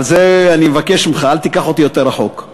על זה, אני מבקש ממך, אל תיקח אותי יותר רחוק.